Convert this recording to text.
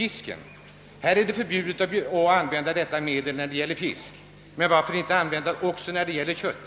I Sverige är det förbjudet att behandla fisk med antibiotika. Men varför endast förbud då det gäller fisk?